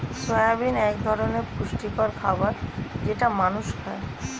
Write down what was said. soybean এক ধরনের পুষ্টিকর খাবার যেটা মানুষ খায়